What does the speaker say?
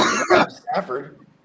Stafford